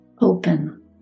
open